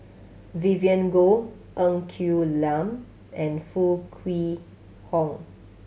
Vivien Goh Ng Quee Lam and Foo Kwee Horng